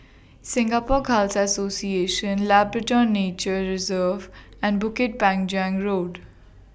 Singapore Khalsa Association Labrador Nature Reserve and Bukit Panjang Road